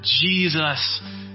Jesus